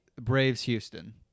Braves-Houston